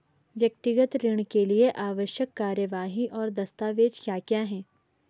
व्यक्तिगत ऋण के लिए आवश्यक कार्यवाही और दस्तावेज़ क्या क्या हैं?